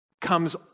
comes